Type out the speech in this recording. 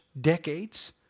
decades